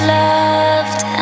loved